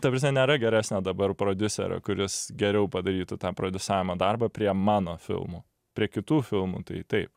ta prasme nėra geresnio dabar prodiuserio kuris geriau padarytų tą prodiusavimo darbą prie mano filmų prie kitų filmų tai taip